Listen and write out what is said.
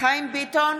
חיים ביטון,